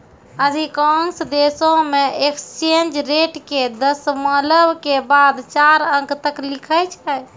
अधिकांश देशों मे एक्सचेंज रेट के दशमलव के बाद चार अंक तक लिखै छै